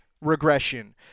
regression